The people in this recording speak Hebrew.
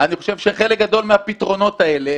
אני חושב שחלק גדול מהפתרונות האלה,